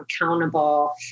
accountable